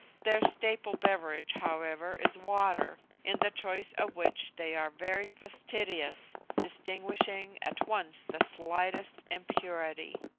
their staple beverage, however, is water, in the choice of which they are very fastidious, distinguishing at once the slightest impurity.